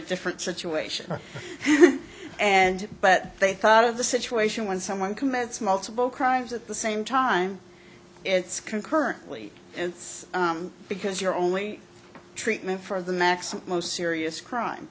different situation and but they thought of the situation when someone commits multiple crimes at the same time it's concurrently it's because you're only treatment for the maximum most serious crime